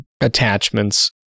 attachments